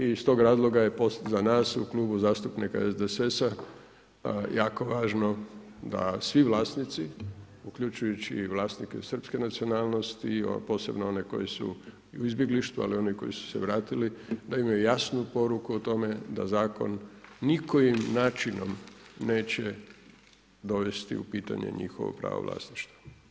I iz tog razloga je za nas u Klubu zastupnika SDSS-a jako važno da svi vlasnici uključujući i vlasnike srpske nacionalnosti, posebno one koje su u izbjeglištvu ali i one koji su se vratili da imaju jasnu poruku o tome da zakon nikojim načinom neće dovesti u pitanje njihovo pravo vlasništva.